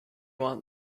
want